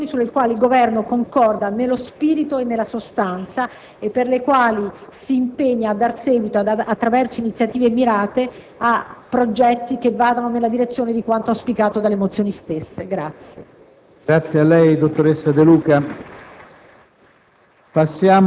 Per questi motivi le mozioni oggi presentate sono mozioni sulle quali il Governo concorda nello spirito e nella sostanza e per le quali si impegna a dare seguito, attraverso iniziative mirate, a progetti che vadano nella direzione di quanto auspicato dalle mozioni stesse.